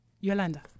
Yolanda